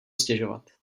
stěžovat